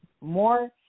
more